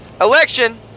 Election